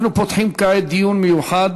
אנחנו פותחים כעת דיון מיוחד